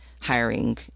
hiring